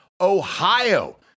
Ohio